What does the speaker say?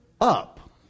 up